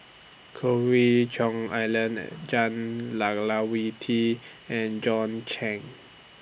Choe We Cheong Alan and Jah Lelawati and John Clang